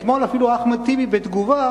אתמול אפילו אחמד טיבי בתגובה,